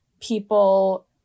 people